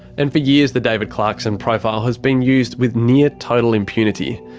and for years the david clarkson profile has been used with near total impunity.